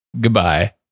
Goodbye